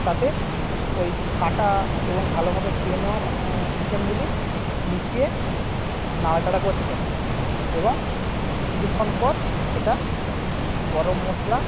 তাতে ওই কাটা এবং ভালোভাবে ধুয়ে নেওয়া চিকেনগুলি মিশিয়ে নাড়া চারা করতে হয় এবং কিছুক্ষণ পর সেটা গরম মশলা